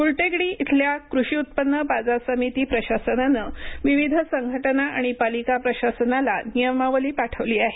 गुलटेकडी इथल्या कृषि उत्पन्न बाजार समिती प्रशासनानं विविध संघटना आणि पालिका प्रशासनाला नियमावली पाठवली आहे